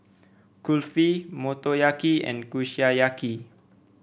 Kulfi Motoyaki and Kushiyaki